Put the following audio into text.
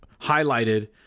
highlighted